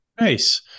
Nice